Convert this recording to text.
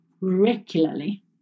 regularly